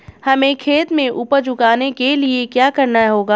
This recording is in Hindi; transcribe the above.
हमें खेत में उपज उगाने के लिये क्या करना होगा?